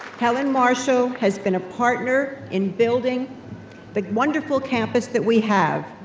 helen marshall has been a partner in building the wonderful campus that we have.